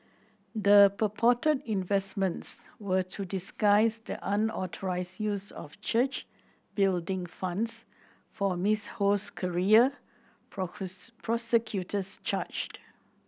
the purported investments were to disguise the unauthorized use of church building funds for Miss Ho's career prosecutors charge